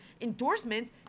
endorsements